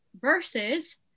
versus